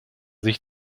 sich